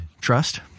trust